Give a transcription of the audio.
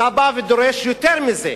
בא ודורש יותר מזה,